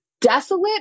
desolate